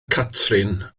catrin